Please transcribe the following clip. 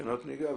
רישיונות נהיגה,